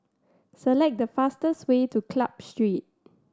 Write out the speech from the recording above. select the fastest way to Club Street